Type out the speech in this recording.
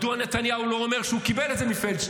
מדוע נתניהו לא אומר שהוא קיבל את זה מפלדשטיין?